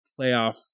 playoff